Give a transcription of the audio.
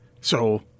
So-